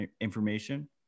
information